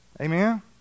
amen